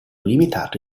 limitato